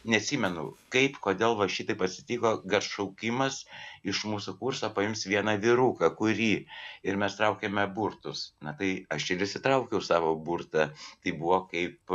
neatsimenu kaip kodėl va šitaip atsitiko kad šaukimas iš mūsų kurso paims vieną vyruką kurį ir mes traukėme burtus na tai aš ir išsitraukiau savo burtą tai buvo kaip